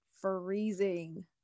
freezing